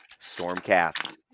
Stormcast